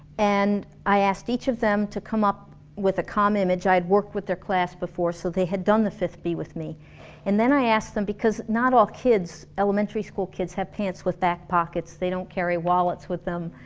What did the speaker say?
and i asked each of them to come up with the calm image, i work with their class before so they had done the fifth b with me and then i asked them because not all kids, elementary school kids have pant with back pockets, they don't carry wallets with them